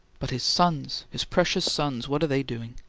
but his sons! his precious sons! what are they doing?